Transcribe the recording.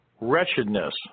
wretchedness